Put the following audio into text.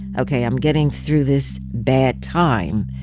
ok, i'm getting through this bad time,